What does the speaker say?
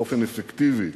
באופן אפקטיבי,